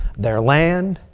their land.